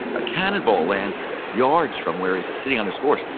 a cannon ball lands yards from where he's sitting on his horse,